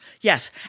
Yes